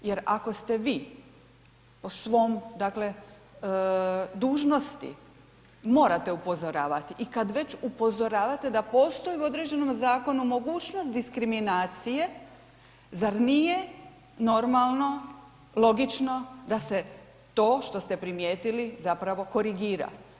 Jer ako ste vi po svom dakle dužnosti morate upozoravati i kad već upozoravate da postoji u određenom zakonu mogućnost diskriminacije, zar nije normalno, logično da se to što ste primijetili zapravo korigira?